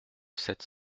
sept